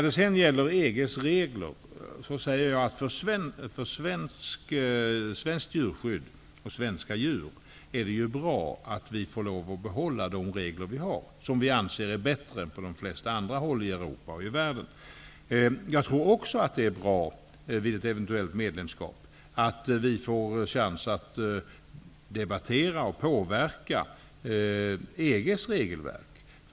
Det är bra för svenska djur och svenskt djurskydd att vi vid ett eventuellt EG-medlemskap får behålla de regler vi har, som vi anser är bättre än reglerna på de flesta andra håll i Europa och i övriga världen. Jag tror också att det är bra att vi får chans att debattera och påverka EG:s regelverk.